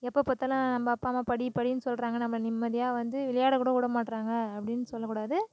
எப்போ பார்த்தாலும் நம்ம அப்பா அம்மா படி படின்னு சொல்கிறாங்க நம்ம நிம்மதியாக வந்து விளையாடக்கூட விடமாட்றாங்க அப்படின்னு சொல்லக்கூடாது